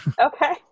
Okay